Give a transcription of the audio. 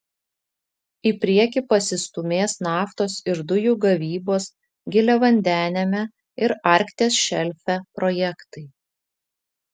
į priekį pasistūmės naftos ir dujų gavybos giliavandeniame ir arkties šelfe projektai